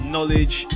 Knowledge